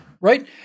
right